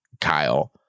Kyle